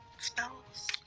Spells